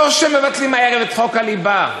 לא מבטלים הערב את חוק הליבה.